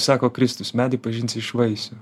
sako kristus medį pažinsi iš vaisių